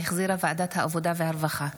שהחזירה ועדת העבודה והרווחה.